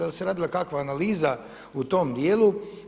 Da li se radila kakva analiza u tom dijelu?